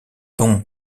bon